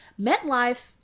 MetLife